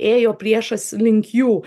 ėjo priešas link jų